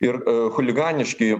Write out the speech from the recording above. ir chuliganiški